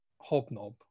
hobnob